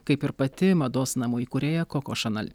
kaip ir pati mados namų įkūrėja koko šanel